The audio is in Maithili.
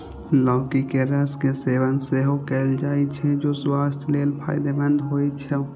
लौकी के रस के सेवन सेहो कैल जाइ छै, जे स्वास्थ्य लेल फायदेमंद होइ छै